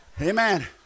Amen